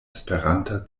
esperanta